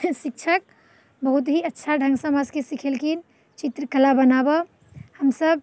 शिक्षक बहुत ही अच्छा ढङ्गसँ हमरासबके सिखेलखिन चित्रकला बनाबऽ हमसब